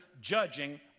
judging